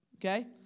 okay